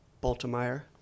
baltimore